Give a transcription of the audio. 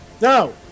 No